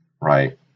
right